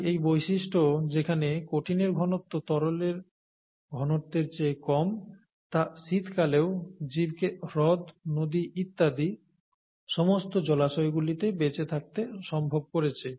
তাই এই বৈশিষ্ট্য যেখানে কঠিনের ঘনত্ব তরলের ঘনত্বের চেয়ে কম তা শীতকালেও জীবকে হ্রদ নদী ইত্যাদি সমস্ত জলাশয়গুলিতে বেঁচে থাকতে সম্ভব করেছে